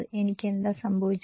എനിക്ക് എന്താ സംഭവച്ചത്